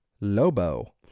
Lobo